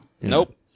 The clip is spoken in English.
Nope